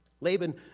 Laban